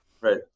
Right